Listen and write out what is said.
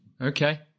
Okay